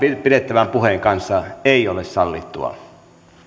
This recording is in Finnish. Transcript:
pidettävän puheen kanssa ei ole sallittua